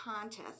contest